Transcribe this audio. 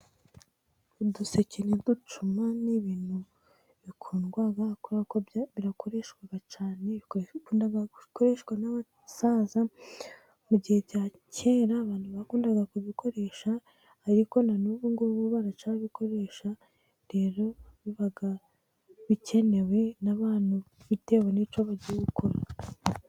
Uduseke nu ducuma n' ibintu bikundwa kuberako bikunda gukoreshwa cyane n'abasaza . Mu gihe cya kera abantu bakunda kubikoresha ariko n'ubu ngubu baracyabikoresha rero biba bikenewe n'abantu bafite bitewe nicyo bagiye gukora.